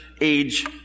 age